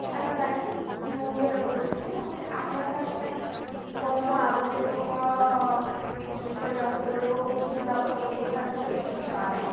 hello ନାନୀ ମୁଁ ଅମ୍ବିକା କହୁଥିଲି ମୋତେ ଆଧାର କାର୍ଡ଼୍ ପାଇଁ କ'ଣ କ'ଣ ଆବଶ୍ୟକ କ'ଣ କରିବାକୁ ପଡ଼ିବ କେଉଁଠି ଯିବାକୁ ପଡ଼ିବ ତା ବିଷୟରେ କିଛି ଜଣାନାହିଁ